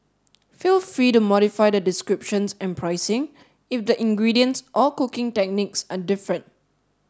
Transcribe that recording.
feel free to modify the descriptions and pricing if the ingredients or cooking techniques are different